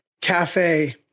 cafe